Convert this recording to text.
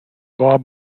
bob